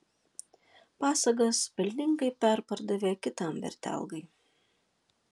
pasagas pelningai perpardavė kitam vertelgai